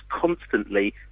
constantly